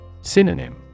Synonym